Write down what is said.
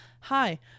hi